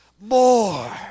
more